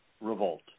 revolt